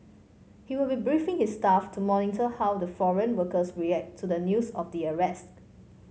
he will be briefing his staff to monitor how the foreign workers react to the news of the arrest